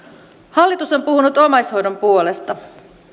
hallitus on puhunut omaishoidon puolesta